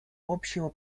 общего